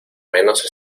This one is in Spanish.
menos